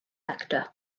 actor